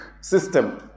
system